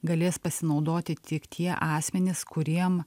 galės pasinaudoti tik tie asmenys kuriem